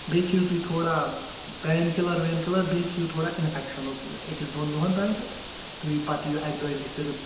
بیٚیہِ کھیٚیِو تُہۍ تھوڑا پین کِلر وین کِلر بیٚیہِ کھیٚیِو تھوڑا اِنفیکشنُک اَکِس دۅن دۄہن تانۍ تہٕ تُہۍ پتہٕ یِیو اَکہِ دۄیہِ دۅہۍ کٔرِو